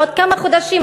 בעוד כמה חודשים,